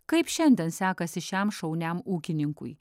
kaip šiandien sekasi šiam šauniam ūkininkui